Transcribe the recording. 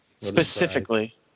Specifically